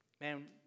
man